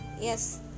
Yes